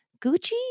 Gucci